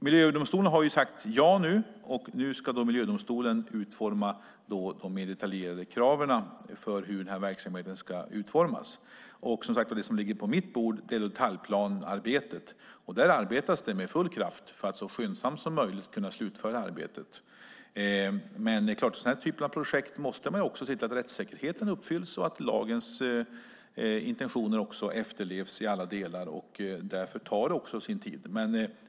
Miljööverdomstolen har sagt ja, och nu ska miljödomstolen ta fram de mer detaljerade kraven för hur verksamheten ska utformas. Det som ligger på mitt bord är detaljplanearbetet, och det arbetas med full kraft för att så skyndsamt som möjligt kunna slutföra arbetet. Självklart måste man i den här typen av projekt se till att rättssäkerheten uppfylls och att lagens intensioner efterlevs i alla delar. Därför tar det sin tid.